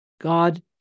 God